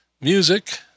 music